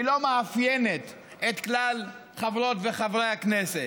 לא מאפיינת את כלל חברות וחברי הכנסת.